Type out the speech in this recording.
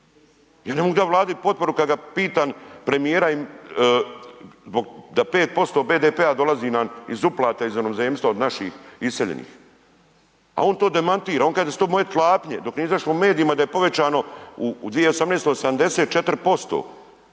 Ja ne mogu dati Vladi potporu kada pitam premijera da 5% BDP-a dolazi nam iz uplata iz inozemstva od naših iseljenih, a on to demantira, on kaže da su to moje klapnje. Dok nije izašlo u medijima da je povećano u 2018. 84%